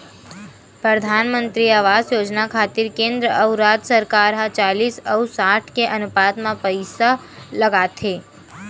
परधानमंतरी आवास योजना खातिर केंद्र अउ राज सरकार ह चालिस अउ साठ के अनुपात म पइसा लगाथे